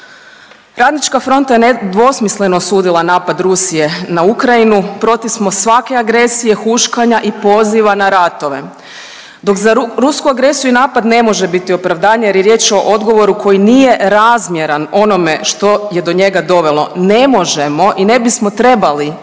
Radnička fronta je nedvosmisleno osudila napad Rusije na Ukrajinu, protiv smo svake agresije, huškanja i poziva na ratove. Dok za rusku agresiju i napad ne može biti opravdanje jer je riječ o odgovoru koji nije razmjeran onome što je do njega dovelo. Ne možemo i ne bismo trebali